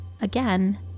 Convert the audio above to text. again